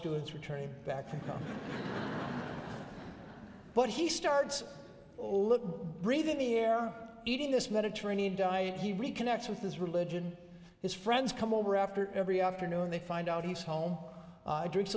students returning back but he starts over look breathing the air eating this mediterranean diet he reconnects with his religion his friends come over after every afternoon they find out he's home drink